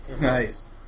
Nice